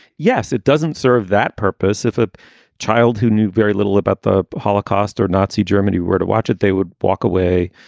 yes, it doesn't serve that purpose. if a child who knew very little about the holocaust or nazi germany were to watch it, they would walk away.